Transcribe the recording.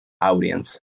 audience